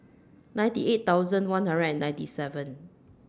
ninety eight thousand one hundred and ninety seven